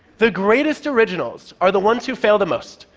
the greatest originals are the ones who fail the most,